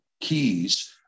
keys